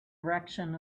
direction